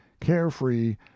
carefree